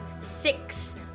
six